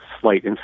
slight